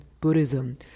Buddhism